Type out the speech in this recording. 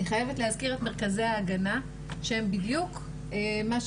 אני חייבת להזכיר את מרכזי ההגנה שהם בדיוק מה